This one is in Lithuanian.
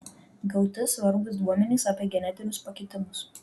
gauti svarbūs duomenys apie genetinius pakitimus